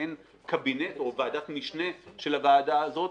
מעין קבינט או ועדת משנה של הוועדה הזאת.